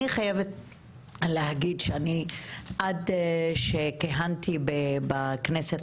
אני חייבת להגיד שאני עד שכיהנתי בכנסת